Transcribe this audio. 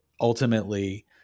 Ultimately